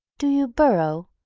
do you burrow,